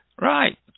Right